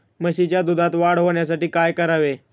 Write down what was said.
म्हशीच्या दुधात वाढ होण्यासाठी काय करावे?